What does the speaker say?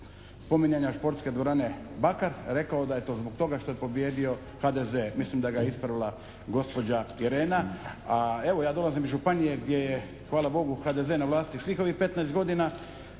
hvala Bogu HDZ na vlasti svih ovih 15 godina